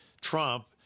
Trump